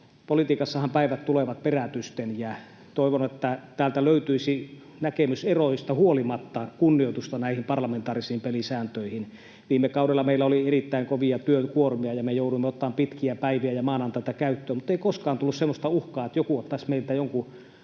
Politiikassahan päivät tulevat perätysten, ja toivon, että täältä löytyisi näkemyseroista huolimatta kunnioitusta näihin parlamentaarisiin pelisääntöihin. Viime kaudella meillä oli erittäin kovia työkuormia ja me jouduimme ottamaan pitkiä päiviä ja maanantaita käyttöön mutta ei koskaan tullut semmoista uhkaa, että joku ottaisi meiltä jonkun